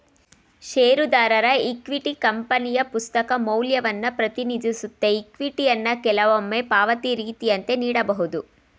ಷೇರುದಾರರ ಇಕ್ವಿಟಿ ಕಂಪನಿಯ ಪುಸ್ತಕ ಮೌಲ್ಯವನ್ನ ಪ್ರತಿನಿಧಿಸುತ್ತೆ ಇಕ್ವಿಟಿಯನ್ನ ಕೆಲವೊಮ್ಮೆ ಪಾವತಿ ರೀತಿಯಂತೆ ನೀಡಬಹುದು